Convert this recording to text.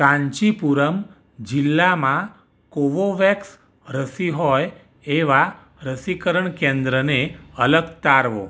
કાંચીપુરમ જિલ્લામાં કોવોવૅક્સ રસી હોય એવાં રસીકરણ કેન્દ્રને અલગ તારવો